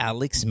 Alex